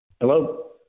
Hello